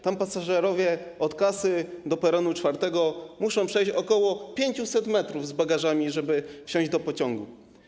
Tam pasażerowie od kasy do peronu czwartego muszą przejść ok. 500 m z bagażami, żeby wsiąść do pociągu.